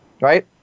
Right